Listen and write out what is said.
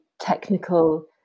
technical